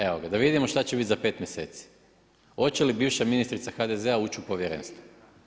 Evo ga, da vidimo šta će biti za 5 mjeseci, hoće li bivša ministrica HDZ-a ući u povjerenstvo.